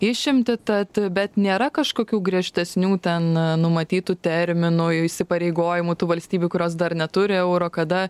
išimtį tad bet nėra kažkokių griežtesnių ten numatytų terminų įsipareigojimų tų valstybių kurios dar neturi euro kada